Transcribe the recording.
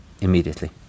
immediately